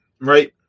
right